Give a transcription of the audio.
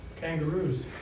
Kangaroos